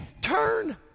Turn